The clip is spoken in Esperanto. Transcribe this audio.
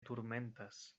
turmentas